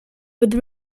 with